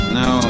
no